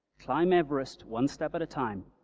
climb everest one step at a time.